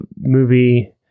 movie